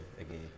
again